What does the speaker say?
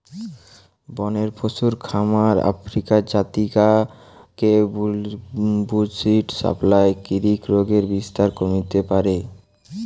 বনের পশুর খামার আফ্রিকার জাতি গা কে বুশ্মিট সাপ্লাই করিকি রোগের বিস্তার কমিতে পারে